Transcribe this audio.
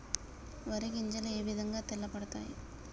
వరి గింజలు ఏ విధంగా తెల్ల పడతాయి?